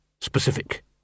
specific